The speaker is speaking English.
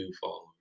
followers